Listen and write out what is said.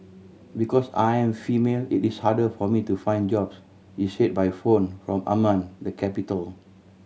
because I am female it is harder for me to find jobs she said by phone from Amman the capital